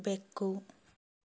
ಬೆಕ್ಕು